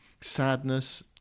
sadness